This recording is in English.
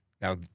Now